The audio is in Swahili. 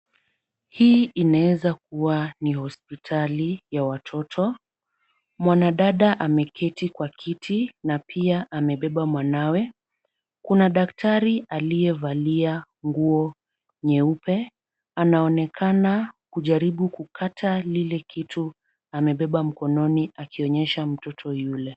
Hii inaweza kuwa ni hospitali ya watoto. Mwanadada ameketi kwa kiti na pia amebeba mwanawe. Kuna daktari aliyevalia nguo nyeupe, anaonekana kujaribu kukata lile kitu amebeba mkononi akionyesha mtoto yule.